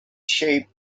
sheep